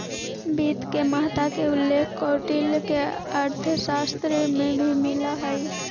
वित्त के महत्ता के उल्लेख कौटिल्य के अर्थशास्त्र में भी मिलऽ हइ